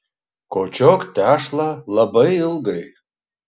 kočiok tešlą labai ilgai